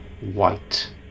white